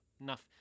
Enough